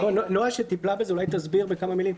נועה שטיפלה בזה אולי תסביר בכמה מילים.